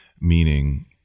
meaning